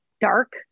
dark